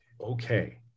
okay